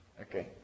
Okay